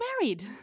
married